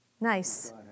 nice